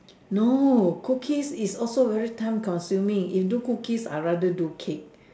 no cookies is also very time consuming if do cookies I rather do cake